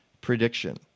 prediction